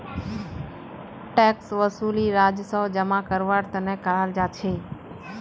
tax वसूली राजस्व जमा करवार तने कराल जा छे